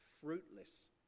fruitless